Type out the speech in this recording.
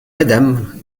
madame